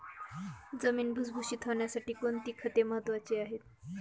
जमीन भुसभुशीत होण्यासाठी कोणती खते महत्वाची आहेत?